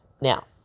Now